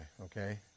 okay